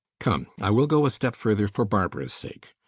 come! i will go a step further for barbara's sake.